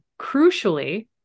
Crucially